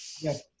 Yes